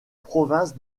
province